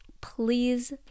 please